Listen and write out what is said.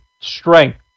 strength